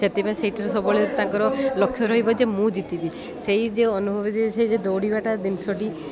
ସେଥିପାଇଁ ସେଇଠାରେ ସବୁବେଳେ ତାଙ୍କର ଲକ୍ଷ୍ୟ ରହିବ ଯେ ମୁଁ ଜିତିବି ସେଇ ଯେ ଅନୁଭବ ଯେ ସେ ଯେ ଦୌଡ଼ିବାଟା ଜିନିଷଟି